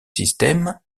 système